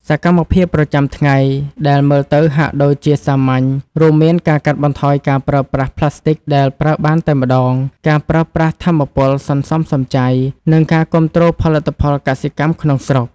សកម្មភាពប្រចាំថ្ងៃដែលមើលទៅហាក់ដូចជាសាមញ្ញ រួមមានការកាត់បន្ថយការប្រើប្រាស់ប្លាស្ទិកដែលប្រើបានតែម្ដង ការប្រើប្រាស់ថាមពលសន្សំសំចៃ និងការគាំទ្រផលិតផលកសិកម្មក្នុងស្រុក។